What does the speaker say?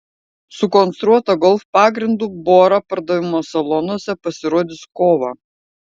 sukonstruota golf pagrindu bora pardavimo salonuose pasirodys kovą